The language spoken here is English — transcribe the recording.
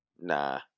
nah